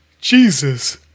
Jesus